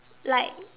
like